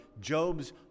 Job's